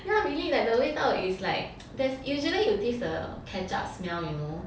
ya really like the 味道 is like there's usually you'll taste the ketchup smell you know